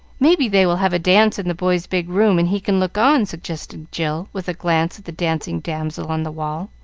may be they will have a dance in the boys' big room, and he can look on, suggested jill, with a glance at the dancing damsel on the wall,